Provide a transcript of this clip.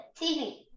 TV